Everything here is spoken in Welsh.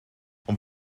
ond